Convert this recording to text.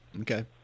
Okay